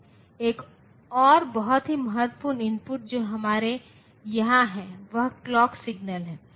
एक और बहुत ही महत्वपूर्ण इनपुट जो हमारे यहाँ है वह क्लॉक सिग्नल है